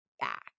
back